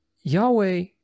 Yahweh